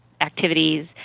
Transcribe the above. activities